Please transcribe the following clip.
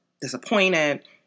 disappointed